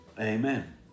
Amen